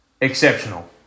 exceptional